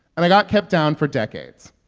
and i got kept down for decades.